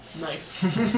Nice